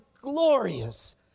glorious